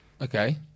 Okay